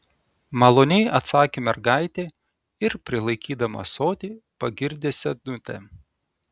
maloniai atsakė mergaitė ir prilaikydama ąsotį pagirdė senutę